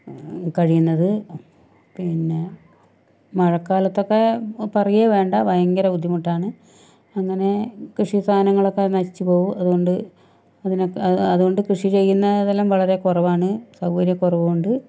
കഴിയുന്നത് പിന്നെ മഴക്കാലത്തൊക്കെ പറയുകയേ വേണ്ട ഭയങ്കര ബുദ്ധിമുട്ടാണ് അങ്ങനെ കൃഷി സാധനങ്ങളൊക്കെ നശിച്ചുപോകും അതുകൊണ്ട് അതിനൊക്കെ അതുകൊണ്ട് കൃഷി ചെയ്യുന്നതെല്ലാം വളരെ കുറവാണ് സൗകര്യക്കുറവുകൊണ്ട്